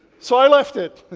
so, i left it.